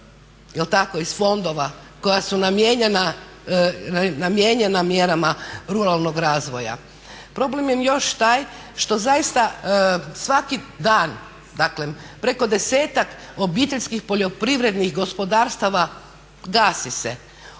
iz fondova koja su namijenjena mjerama ruralnog razvoja. Problem je još taj što zaista svaki dan, dakle preko 10-ak obiteljskih poljoprivrednih gospodarstva gasi se.